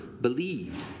believed